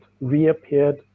reappeared